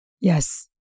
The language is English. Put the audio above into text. Yes